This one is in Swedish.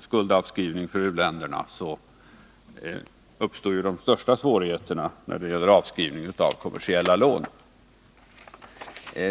skuldavskrivning för u-länderna uppstår de största svårigheterna när det gäller kommersiella lån.